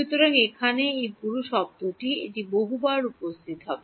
সুতরাং এখানে এই পুরো শব্দটি এটি বহুবার উপস্থিত হবে